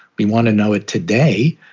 we want to know it today.